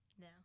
no